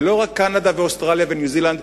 ולא רק קנדה ואוסטרליה וניו-זילנד,